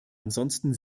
ansonsten